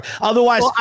Otherwise